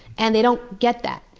and they don't get that.